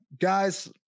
Guys